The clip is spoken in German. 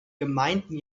gemeinden